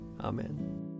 Amen